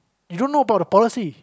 you don't know about the policy